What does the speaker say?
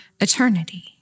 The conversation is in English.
eternity